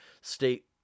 state